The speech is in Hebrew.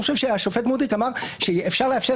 אני חושב שהשופט מודריק אמר שאפשר לאפשר